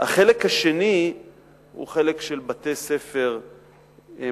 החלק השני הוא חלק של בתי-ספר מדגימים,